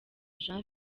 jean